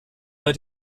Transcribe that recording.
bei